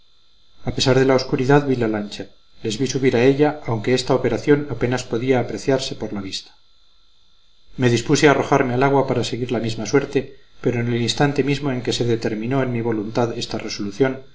a pesar de la obscuridad vi la lancha les vi subir a ella aunque esta operación apenas podía apreciarse por la vista me dispuse a arrojarme al agua para seguir la misma suerte pero en el instante mismo en que se determinó en mi voluntad esta resolución